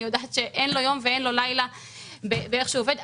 אני יודעת שאין לו יום ואין לו לילה באיך שהוא עובד,